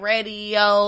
Radio